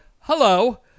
Hello